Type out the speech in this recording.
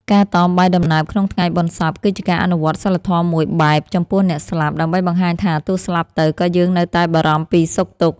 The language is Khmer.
ការតមបាយដំណើបក្នុងថ្ងៃបុណ្យសព គឺជាការអនុវត្តសីលធម៌មួយបែបចំពោះអ្នកស្លាប់ ដើម្បីបង្ហាញថាទោះស្លាប់ទៅក៏យើងនៅតែបារម្ភពីសុខទុក្ខ។